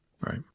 Right